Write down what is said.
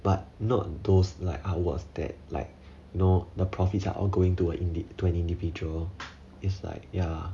but not those like artworks that like you know the profits are all going to a to an individual is like ya